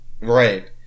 Right